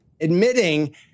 admitting